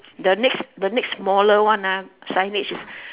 the next the next smaller one ah signage is